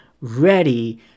ready